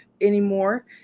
anymore